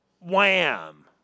wham